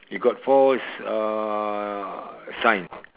you got four s~ uh sign